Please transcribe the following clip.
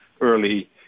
early